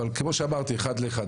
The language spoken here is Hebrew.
אבל כמו שאמרתי, אחד לאחד.